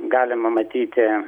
galima matyti